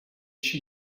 she